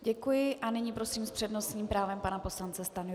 Děkuji a nyní prosím s přednostním právem pana poslance Stanjuru.